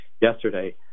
Yesterday